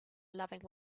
loving